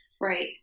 right